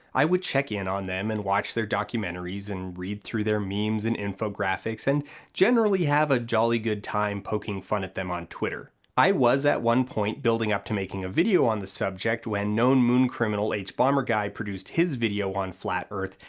i would check in on them and watch their documentaries and read through their memes and infographics and generally have a jolly good time poking fun at them on twitter. i was, at one point, building up to making a video on the subject when known moon-criminal hbomberguy produced his video on flat earth,